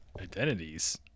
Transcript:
Identities